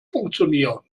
funktionieren